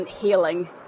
Healing